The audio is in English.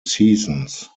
seasons